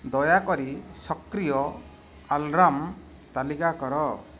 ଦୟାକରି ସକ୍ରିୟ ଆଲାର୍ମ ତାଲିକା କର